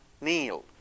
kneel